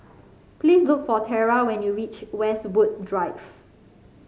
please look for Terra when you reach Westwood Drive